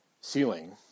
ceiling